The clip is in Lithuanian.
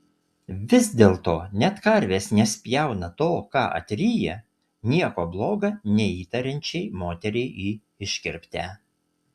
vis dėlto net karvės nespjauna to ką atryja nieko bloga neįtariančiai moteriai į iškirptę